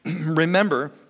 remember